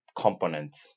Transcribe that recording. components